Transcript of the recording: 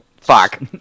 fuck